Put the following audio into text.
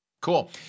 Cool